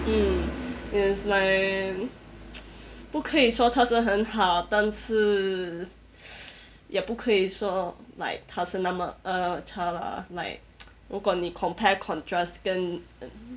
mm it is like 不可以说他是很好但是 也不可以说 like 他是那么 uh 差啦 like 如果你 compare contrast 跟